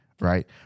right